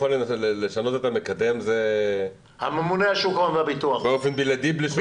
יכול לשנות את המקדם באופן בלעדי?